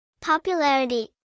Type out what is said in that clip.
Popularity